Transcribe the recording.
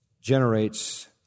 generates